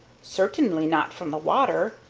certainly not from the water,